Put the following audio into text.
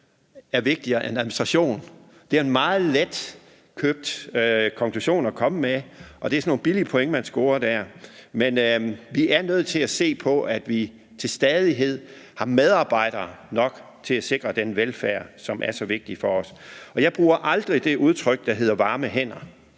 er vigtigere end administration. Det er en meget letkøbt konklusion at komme med, og det er sådan nogle billige point, man scorer der, men vi er nødt til at se til, at vi til stadighed har medarbejdere nok til at sikre den velfærd, som er så vigtig for os. Jeg bruger aldrig udtrykket varme hænder.